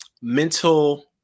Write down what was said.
mental